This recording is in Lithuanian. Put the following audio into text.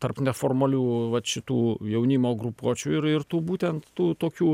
tarp neformalių vat šitų jaunimo grupuočių ir ir tų būtent tų tokių